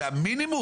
זה המינימום.